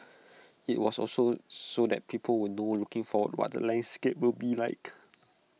IT was also so that people will know looking forward what the landscape will be like